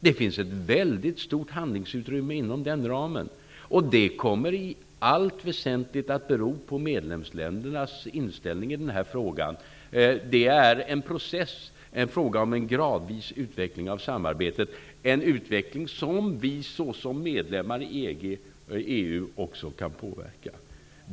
Det finns ett väldigt stort handlingsutrymme inom den ramen. Det kommer i allt väsentligt att bero på medlemsländernas inställning i denna fråga. Det är en process, en gradvis utveckling av samarbetet, en utveckling som vi såsom medlemmar i EU också kan påverka.